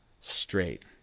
straight